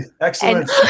Excellent